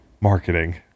Marketing